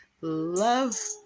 Love